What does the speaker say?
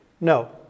No